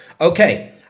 Okay